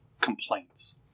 complaints